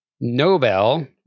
Nobel